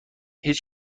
هیچ